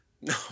No